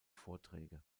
vorträge